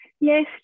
Yes